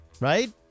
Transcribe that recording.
Right